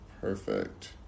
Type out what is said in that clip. Perfect